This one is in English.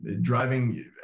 driving